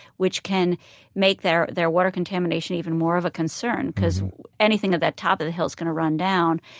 which can make their their water contamination even more of a concern because anything of that top of the hill is going to run down.